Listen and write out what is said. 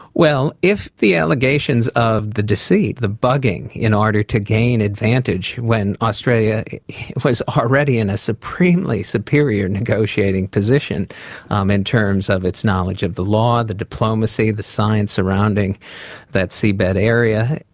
well, if the allegations of the deceit, the bugging in order to gain advantage when australia was already in a supremely superior negotiating position um in terms of its knowledge of the law, the diplomacy, the science surrounding that seabed area,